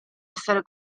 essere